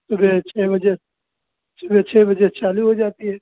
सुबह छः बजे सुबह छः बजे चालू हो जाती है